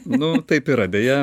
nu taip yra beje